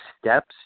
steps